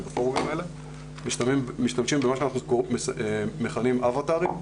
בפורומים האלה אלא משתמשים במה שאנחנו מכנים אווטרים.